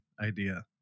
idea